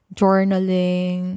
journaling